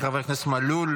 של חבר הכנסת ארז מלול.